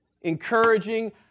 encouraging